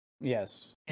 Yes